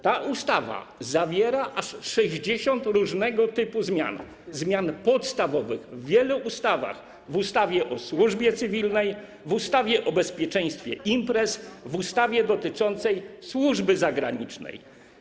Ta ustawa zawiera aż 60 różnego typu zmian, zmian podstawowych w wielu ustawach: w ustawie o służbie cywilnej, w ustawie o bezpieczeństwie imprez, w ustawie dotyczącej służby zagranicznej.